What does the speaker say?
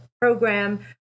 program